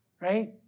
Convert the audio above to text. right